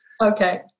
Okay